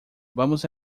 vamos